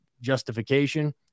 justification